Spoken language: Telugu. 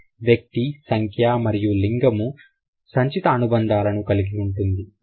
కానీ వ్యక్తి సంఖ్య మరియు లింగము సంచిత అనుబంధాలను కలిగి ఉంటుంది